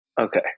Okay